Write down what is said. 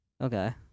okay